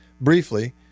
briefly